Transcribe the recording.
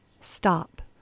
Stop